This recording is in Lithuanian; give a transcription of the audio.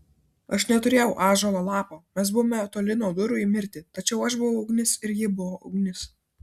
aš neturėjau ąžuolo lapo mes buvome toli nuo durų į mirtį tačiau aš buvau ugnis ir ji buvo ugnis